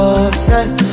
obsessed